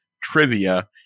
trivia